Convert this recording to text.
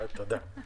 תודה.